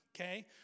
okay